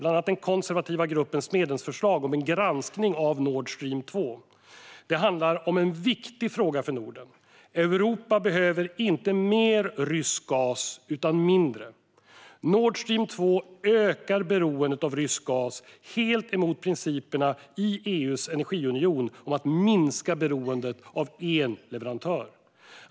Bland annat den konservativa gruppens medlemsförslag om en granskning av Nord Stream 2. Det handlar om en viktig fråga för Norden. Europa behöver inte mer rysk gas utan mindre. Nord Stream 2 ökar beroendet av rysk gas helt emot principerna i EU:s energiunion om att minska beroendet av en leverantör.